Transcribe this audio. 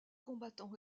combattants